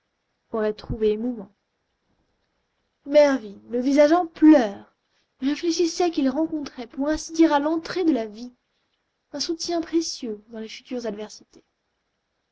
aurait trouvé émouvant mervyn le visage en pleurs réfléchissait qu'il rencontrait pour ainsi dire à l'entrée de la vie un soutien précieux dans les futures adversités